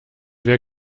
wir